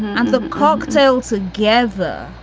and the cocktail together?